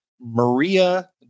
Maria